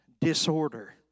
disorder